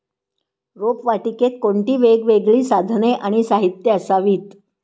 रोपवाटिकेत कोणती वेगवेगळी साधने आणि साहित्य असावीत?